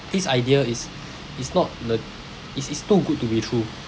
this idea is is not le~ it's it's too good to be true